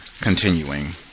Continuing